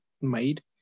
made